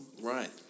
right